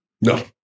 No